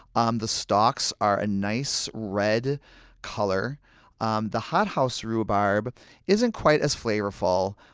um the stalks are a nice red color um the hothouse rhubarb isn't quite as flavorful.